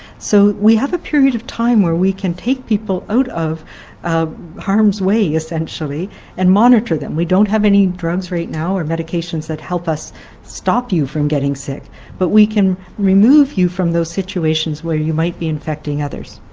so we have a period of time or we can take people out of harms way essentially and monitor them. we don't have drugs right now are medications that help us stop you from getting sick but we can remove you from those situations where you might be infecting others.